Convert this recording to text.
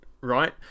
right